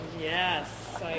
yes